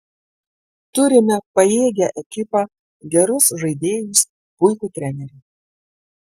turime pajėgią ekipą gerus žaidėjus puikų trenerį